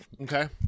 Okay